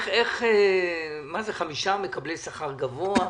מה זה חמישה מקבלי שכר גבוה?